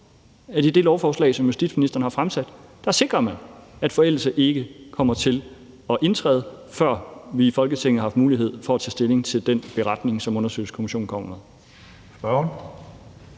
man i det lovforslag, justitsministeren har fremsat, sikrer, at forældelse ikke kommer til at indtræde, før vi i Folketinget har haft mulighed for at tage stilling til den beretning, som undersøgelseskommissionen kommer